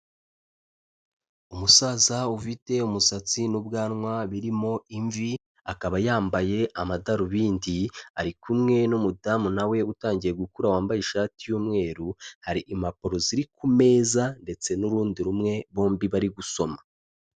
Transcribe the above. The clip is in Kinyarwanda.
Umusaza ufite umusatsi n'ubwanwa birimo imvi, akaba yambaye amadarubindi, ari kumwe n'umudamu na we utangiye gukura wambaye ishati y'umweru, hari impapuro ziri ku meza ndetse n'urundi rumwe bombi bari gusoma.